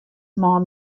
mei